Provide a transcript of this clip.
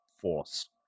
force